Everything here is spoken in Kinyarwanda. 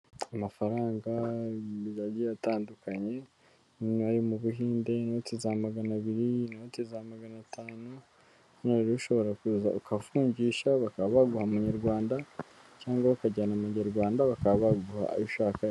Amafaranga agiye atandukanye harimo ayo mu buhinde inoti za magana abiri y'inoti za maganatanu ushobora kuza ukavungisha bakaba baguha amanyarwanda cyangwa ukajyana amanyarwanda bakaba baguha ayo ushaka.